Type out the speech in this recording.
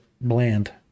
bland